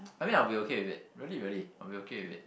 I mean I'll be okay with it really really I'll be okay with it